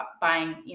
buying